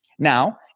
Now